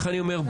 לכן אני אומר,